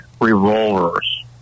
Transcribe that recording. revolvers